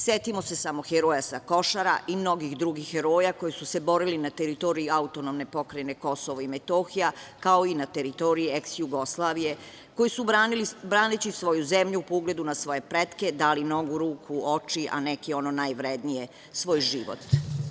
Setimo se samo heroja sa Košara i mnogih drugih heroja koji su se borili na teritoriji AP KiM, kao i na teritoriji eks Jugoslavije, koji su braneći svoju zemlju, po ugledu na svoje pretke dali ruku, oči, a neki ono najvrednije, svoj život.